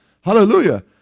Hallelujah